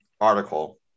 article